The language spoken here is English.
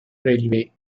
railway